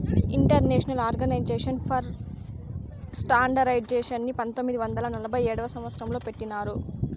international organisation for స్టాండర్డయిజేషన్ని పంతొమ్మిది వందల నలభై ఏడవ సంవచ్చరం లో పెట్టినారు